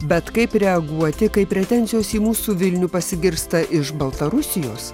bet kaip reaguoti kai pretenzijos į mūsų vilnių pasigirsta iš baltarusijos